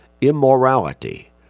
immorality